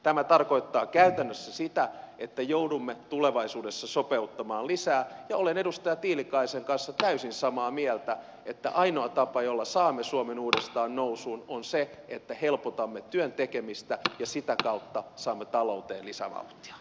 tämä tarkoittaa käytännössä sitä että joudumme tulevaisuudessa sopeuttamaan lisää ja olen edustaja tiilikaisen kanssa täysin samaa mieltä että ainoa tapa jolla saamme suomen uudestaan nousuun on se että helpotamme työn tekemistä ja sitä kautta saamme talouteen lisävauhtia